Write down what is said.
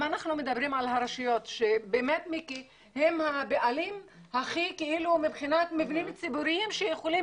הרשויות שהן הבעלים של מבנים ציבוריים שיכולים